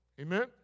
Amen